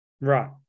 Right